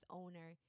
owner